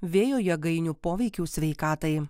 vėjo jėgainių poveikių sveikatai